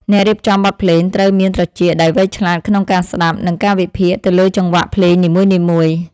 អ្នករៀបចំបទភ្លេងត្រូវមានត្រចៀកដែលវៃឆ្លាតក្នុងការស្ដាប់ និង ការវិភាគទៅលើចង្វាក់ភ្លេងនីមួយៗ។